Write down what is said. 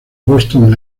boston